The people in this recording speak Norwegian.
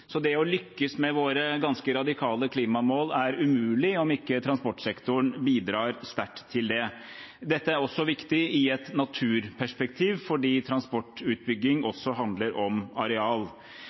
så det å lykkes med våre ganske radikale klimamål er umulig om ikke transportsektoren bidrar sterkt til det. Dette er også viktig i et naturperspektiv fordi transportutbygging også handler om areal.